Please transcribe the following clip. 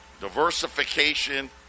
diversification